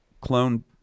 clone